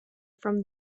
from